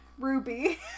Ruby